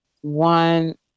One